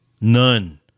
None